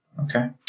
okay